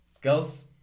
Girls